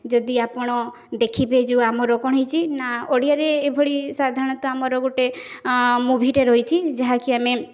ଯଦି ଆପଣ ଦେଖିବେ ଯୋଉ ଆମର କ'ଣ ହେଇଛି ନା ଓଡ଼ିଆରେ ଏଭଳି ସାଧରଣତଃ ଆମର ଗୋଟିଏ ମୁଭିଟେ ରହିଛି ଯାହାକି ଆମେ